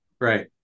Right